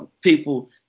people